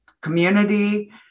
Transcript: community